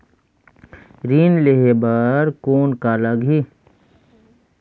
ऋण लेहे बर कौन का लगही?